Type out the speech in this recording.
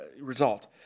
result